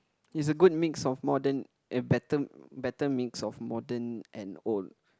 is a good mix of modern eh better better mix of modern and old